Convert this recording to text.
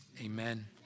Amen